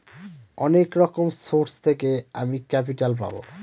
অনেক রকম সোর্স থেকে আমি ক্যাপিটাল পাবো